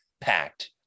packed